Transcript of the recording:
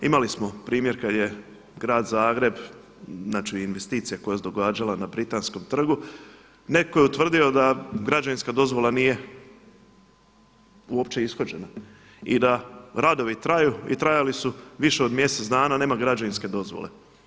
Imali smo primjer kada je grad Zagreb, znači investicija koja se događala na Britanskom trgu, netko je utvrdio da građevinska dozvola nije uopće ishođena i da radovi traju i trajali su više od mjesec dana a nema građevinske dozvole.